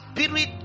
spirit